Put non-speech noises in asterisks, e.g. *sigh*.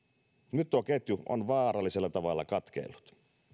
nyt tuo ketju *unintelligible* on vaarallisella tavalla katkeillut